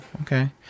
Okay